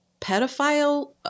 pedophile